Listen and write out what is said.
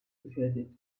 gefertigt